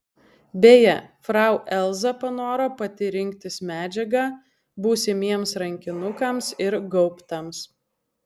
beje frau elza panoro pati rinktis medžiagą būsimiems rankinukams ir gaubtams